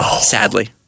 Sadly